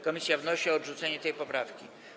Komisja wnosi o odrzucenie tej poprawki.